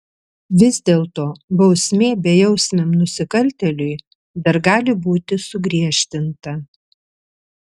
vis dėlto bausmė bejausmiam nusikaltėliui dar gali būti sugriežtinta